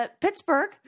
Pittsburgh